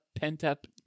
pent-up